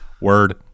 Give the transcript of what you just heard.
Word